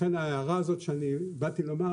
לכן ההערה הזאת שאני באתי לומר,